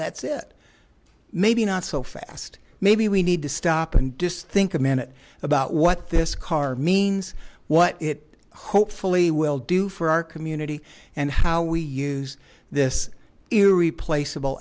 that's it maybe not so fast maybe we need to stop and desist think a minute about what this car means what it hopefully will do for our community and how we use this era replaceable